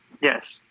Yes